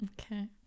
okay